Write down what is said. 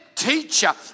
teacher